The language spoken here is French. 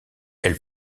elle